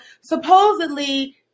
supposedly